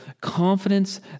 Confidence